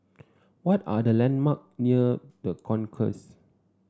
what are the landmarks near The Concourse